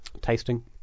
tasting